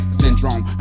syndrome